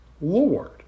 Lord